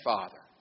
Father